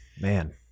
Man